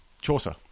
Chaucer